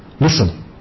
listen